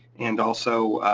and also,